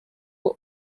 were